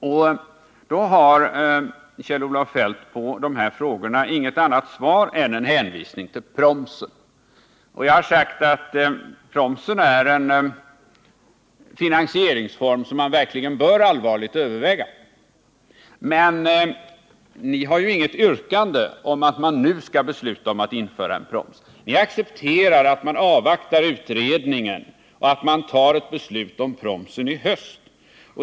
Kjell-Olof Feldt har på denna fråga inget annat svar än en hänvisning till promsen. Jag har sagt att promsen är en finansieringsform som vi verkligen allvarligt bör överväga, men ni har inget yrkande om att vi nu skall besluta om att införa en proms. Ni accepterar att man avvaktar utredningen och att man först i höst fattar beslut om promsen.